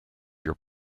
your